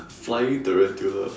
flying tarantula